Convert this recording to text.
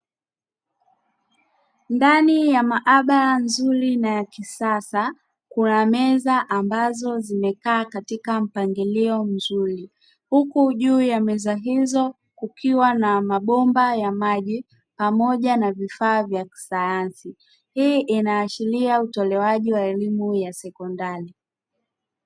Ndani ya maabara nzuri na ya kisasa kuna meza ambazo zimekaa katika mpangilio mzuri huku juu ya meza hizo kukiwa na mabomba ya maji pamoja na vifaa vya kisayansi, hii inaashiria utolewaji wa elimu ya sekondari.